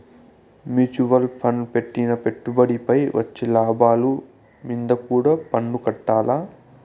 mutual ఫండ్ల పెట్టిన పెట్టుబడిపై వచ్చే లాభాలు మీంద కూడా పన్నుకట్టాల్ల